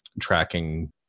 tracking